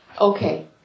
Okay